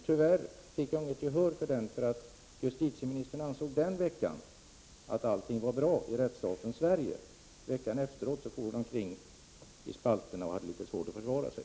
Tyvärr fick jag inget gehör för detta eftersom justitieministern den veckan ansåg att allt var bra i rättsstaten Sverige; veckan efteråt for hon omkring i spalterna och hade litet svårt att försvara sig.